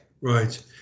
right